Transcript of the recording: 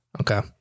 okay